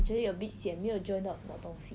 actually a bit sian 没有 join 到什么东西